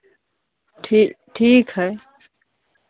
ठी ठीक है